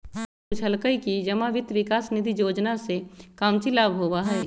मनीषवा ने पूछल कई कि जमा वित्त विकास निधि योजना से काउची लाभ होबा हई?